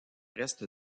reste